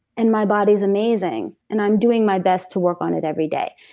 and my body's amazing and i'm doing my best to work on it every day.